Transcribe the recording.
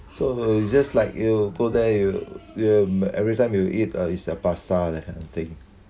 so it's just like you go there you you every time you eat uh is pasta that kind of thing